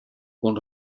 con